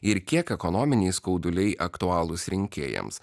ir kiek ekonominiai skauduliai aktualūs rinkėjams